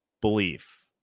belief